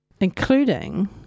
including